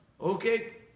okay